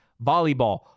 volleyball